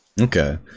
Okay